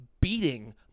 beating